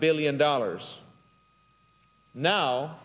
billion dollars now